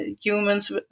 humans